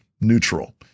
neutral